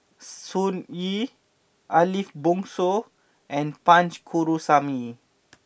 Sun Yee Ariff Bongso and Punch Coomaraswamy